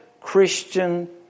Christian